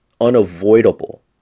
unavoidable